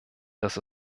dass